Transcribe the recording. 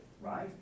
right